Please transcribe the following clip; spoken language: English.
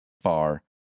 far